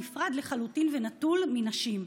נפרד לחלוטין ונטול נשים.